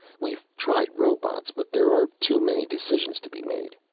we've tried robots, but there are too many decisions to be made.